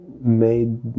made